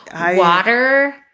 water